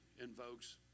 invokes